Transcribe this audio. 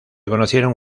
conocieron